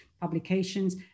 publications